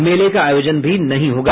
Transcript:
मेले का आयोजन भी नहीं होगा